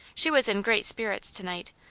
she was in great spirits to-night,